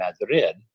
Madrid